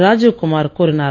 ராஜீவ்குமார் கூறினார்